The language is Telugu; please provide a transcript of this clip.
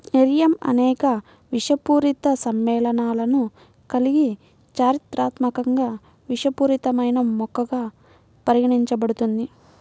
నెరియమ్ అనేక విషపూరిత సమ్మేళనాలను కలిగి చారిత్రాత్మకంగా విషపూరితమైన మొక్కగా పరిగణించబడుతుంది